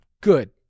good